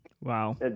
Wow